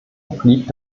obliegt